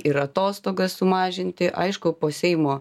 ir atostogas sumažinti aišku po seimo